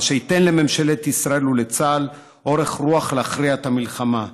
מה שייתן לממשלת ישראל ולצה"ל אורך רוח להכריע את המלחמה.